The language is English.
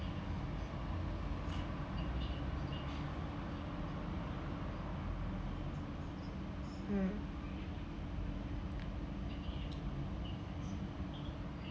mm